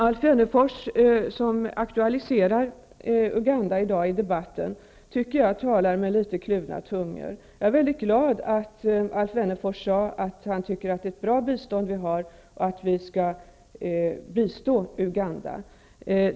Alf Wennerfors, som aktualiserat Uganda i dagens debatt, tycker jag talar med litet kluven tunga. Jag är väldigt glad att Alf Wennerfors sade att han tycker att det är ett bra bistånd vi har och att vi skall bistå Uganda.